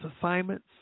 assignments